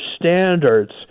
standards